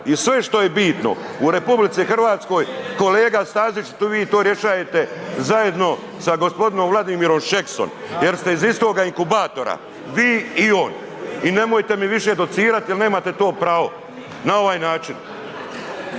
i sve što je bitno u RH, kolega Stazić vi to rješajete zajedno sa gospodinom Vladimirom Šeksom jer ste iz istoga inkubatora, vi i on. I nemojte mi više docirati jer nemate to pravo na ovaj način.